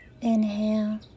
inhale